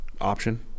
option